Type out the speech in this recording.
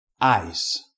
eyes